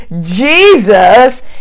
Jesus